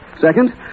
Second